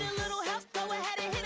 little help go ahead and